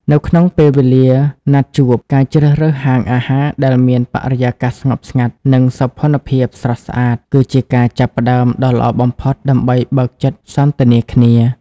នៅក្នុងពេលវេលាណាត់ជួប ការជ្រើសរើសហាងអាហារដែលមានបរិយាកាសស្ងប់ស្ងាត់ និងសោភ័ណភាពស្រស់ស្អាត គឺជាការចាប់ផ្ដើមដ៏ល្អបំផុតដើម្បីបើកចិត្តសន្ទនាគ្នា។